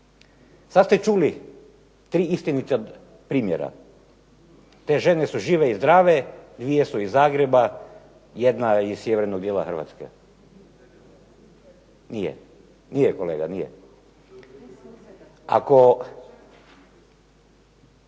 Sad ste čuli 3 istinita primjera. Te žene su žive i zdrave. 2 su iz Zagreba, jedna iz sjevernog dijela Hrvatske. … /Govornik nije